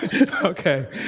Okay